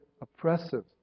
oppressive